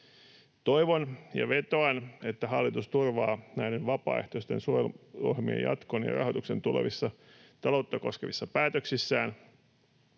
Toivon ja vetoan, että hallitus turvaa näiden vapaaehtoisten suojeluohjelmien jatkon ja rahoituksen tulevissa taloutta koskevissa päätöksissään.